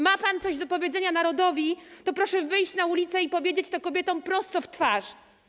Ma pan coś do powiedzenia narodowi, to proszę wyjść na ulicę i powiedzieć to kobietom prosto w twarz.